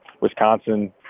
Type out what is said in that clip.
Wisconsin